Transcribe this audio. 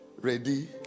Ready